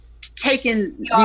taking